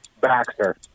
Baxter